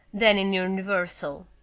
then in universal,